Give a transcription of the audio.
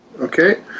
Okay